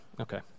Okay